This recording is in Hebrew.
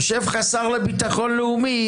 יושב לך השר לביטחון לאומי,